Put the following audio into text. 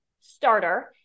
starter